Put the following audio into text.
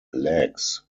legs